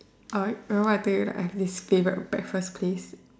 alright you remember I told you that I have this favorite breakfast place